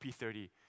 P30